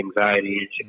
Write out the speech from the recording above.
anxiety